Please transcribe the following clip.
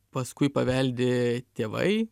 paskui paveldi tėvai